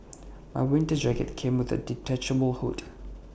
my winter jacket came with A detachable hood